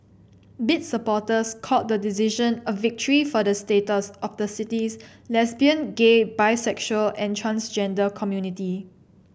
bid supporters called the decision a victory for the status of the city's lesbian gay bisexual and transgender community